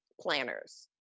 planners